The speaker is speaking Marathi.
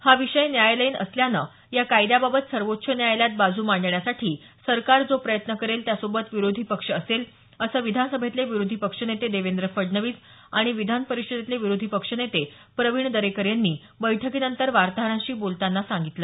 हा विषय न्यायालयीन असल्यानं या कायद्याबाबत सर्वोच्च न्यायालयात बाजू मांडण्यासाठी सरकार जो प्रयत्न करेल त्यासोबत विरोधी पक्ष असेल असं विधान सभेतले विरोधी पक्ष नेते देवेंद्र फडणवीस आणि विधान परिषदेतले विरोधी पक्ष नेते प्रवीण दरेकर यांनी बैठकीनंतर वार्ताहरांशी बोलताना सांगितल